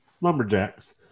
lumberjacks